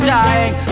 dying